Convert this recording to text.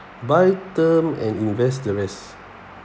buy term and invest the rest